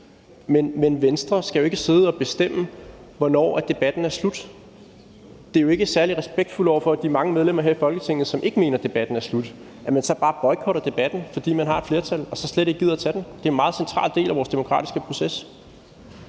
Venstre skal jo ikke sidde og bestemme, hvornår debatten er slut. Det er jo ikke særlig respektfuldt over for de mange medlemmer her i Folketinget, som ikke mener, debatten er slut, at man så bare boykotter debatten og slet ikke gider at tage den, fordi man har et flertal. Det er en meget central del af vores demokratiske proces.